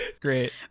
Great